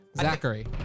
Zachary